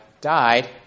died